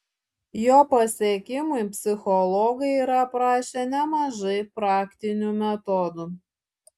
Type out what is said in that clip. jo pasiekimui psichologai yra aprašę nemažai praktinių metodų